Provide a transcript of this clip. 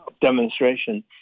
demonstration